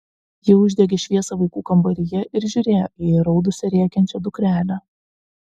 ji uždegė šviesą vaikų kambaryje ir žiūrėjo į įraudusią rėkiančią dukrelę